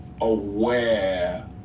aware